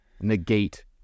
negate